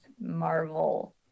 Marvel